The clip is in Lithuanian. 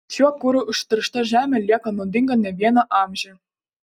šiuo kuru užteršta žemė lieka nuodinga ne vieną amžių